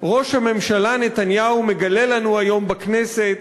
ראש הממשלה נתניהו מגלה לנו היום בכנסת